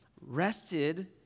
rested